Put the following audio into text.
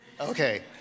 Okay